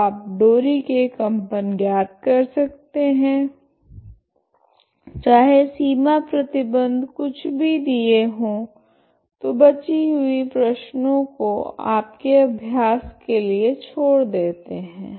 तो आप डोरी के कंपन ज्ञात कर सकते है चाहे सीमा प्रतिबंध कुछ भी दिये हो तो बची हुए प्रश्नो को आपके अभ्यास के लिए छोड़ देते है